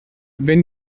wenn